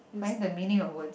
find the meaning of words